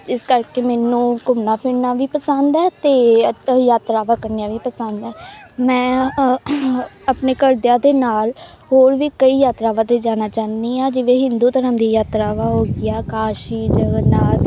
ਇਸ ਕਰਕੇ ਮੈਨੂੰ ਘੁੰਮਣਾ ਫਿਰਨਾ ਵੀ ਪਸੰਦ ਹੈ ਅਤੇ ਯਾਤ ਯਾਤਰਾਵਾਂ ਕਰਨੀਆਂ ਵੀ ਪਸੰਦ ਹੈ ਮੈਂ ਆਪਣੇ ਘਰਦਿਆਂ ਦੇ ਨਾਲ ਹੋਰ ਵੀ ਕਈ ਯਾਤਰਾਵਾਂ 'ਤੇ ਜਾਣਾ ਚਾਹੁੰਦੀ ਹਾਂ ਜਿਵੇਂ ਹਿੰਦੂ ਧਰਮ ਦੀ ਯਾਤਰਾਵਾਂ ਹੋ ਗਈਆਂ ਕਾਸ਼ੀ ਜਗਨਨਾਥ